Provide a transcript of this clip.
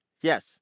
Yes